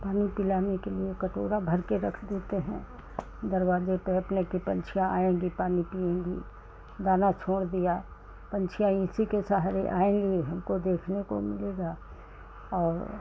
पानी पिलाने के कटोरा भरकर रख देते हैं दरवाज़े पर अपने कि पंछियाँ आएँगी पानी पिएंगी दाना छोड़ दिया पंछियाँ उसी के सहारे आएगी हमको देखने को मिलेगा औ